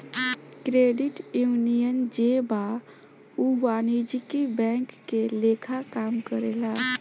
credit union जे बा उ वाणिज्यिक बैंक के लेखा काम करेला